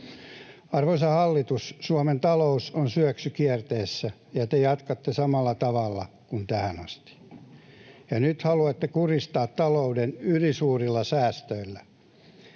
Arvoisa hallitus, Suomen talous on syöksykierteessä, ja te jatkatte samalla tavalla kuin tähän asti. Nyt haluatte kurjistaa talouden ylisuurilla säästöillä.